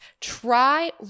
try